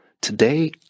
Today